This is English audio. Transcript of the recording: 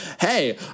hey